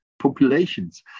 Populations